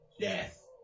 Death